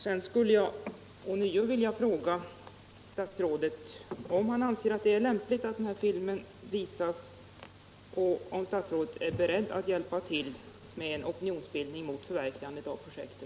Jag skulle ånyo vilja fråga statsrådet om han anser att det är lämpligt att den här filmen visas och om statsrådet är beredd att hjälpa till med en opinionsbildning mot förverkligandet av projektet.